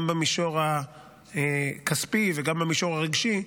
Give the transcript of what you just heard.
גם במישור הכספי וגם במישור הרגשי,